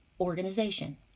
organization